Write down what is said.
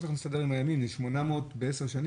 זה לא כל כך מסתדר עם הימים, זה 800 בעשר שנים.